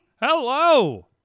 Hello